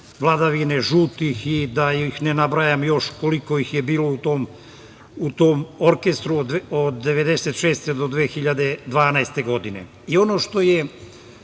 vladavine žutih i da ih ne nabrajam još koliko ih je bilo u tom orkestru od 1996. do 2012. godine. Ono što